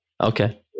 Okay